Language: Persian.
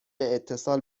اتصال